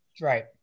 Right